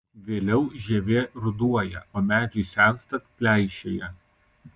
vėliau žievė ruduoja o medžiui senstant pleišėja